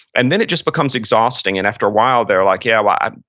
and then it just becomes exhausting. and after a while, they're like, yeah, well, and